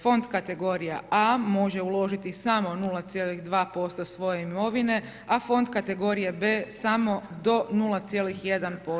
Fond kategorija A može uložiti samo 0,2% svoje imovine, a fond kategorije B samo do 0,1%